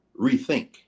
rethink